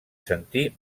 sentir